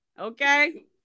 okay